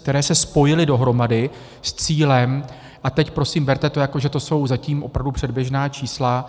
které se spojily dohromady s cílem a teď prosím, berte to, jako že to jsou zatím opravdu předběžná čísla.